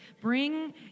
Bring